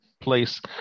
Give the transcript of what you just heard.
place